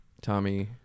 Tommy